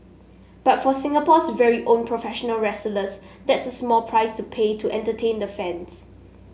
but for Singapore's very own professional wrestlers that's a small price to pay to entertain the fans